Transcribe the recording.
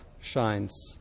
shines